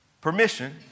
Permission